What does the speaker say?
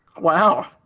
Wow